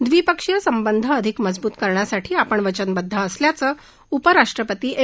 द्विपक्षीय संबंध अधिक मजबूत करण्यासाठी आपण वचनबद्ध असल्याचं उपराष्ट्रपती एम